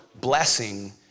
blessing